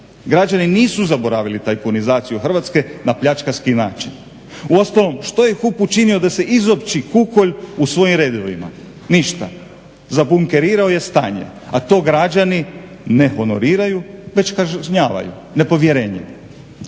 Građani nisu zaboravili tajkunizaciju Hrvatske na pljačkarski način. Uostalom što je HUP učinio da se izopći kukolj u svojim redovima? Ništa. Zabunkerirao je stanje, a to građani ne honoriraju već kažnjavaju nepovjerenjem.